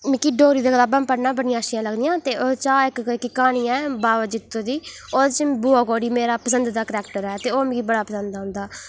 मिगी डोगरी दियां कताबां पढ़ना बडियां अच्छियां लगदियां ते ओह्दे चा इक इक क्हानी ऐ बाबा जित्तो दी ओह्दे च बुआ कोड़ी मेरा पसंदीदा केरेक्टर ऐ ते ओह् मिगी बड़ा पसंद औंदा